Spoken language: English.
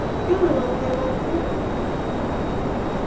come along then, uncle cried the boy.